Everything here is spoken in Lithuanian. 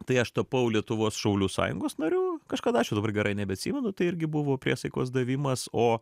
tai aš tapau lietuvos šaulių sąjungos nariu kažkada aš jau dabar gerai nebeatsimenu tai irgi buvo priesaikos davimas o